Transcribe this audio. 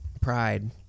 Pride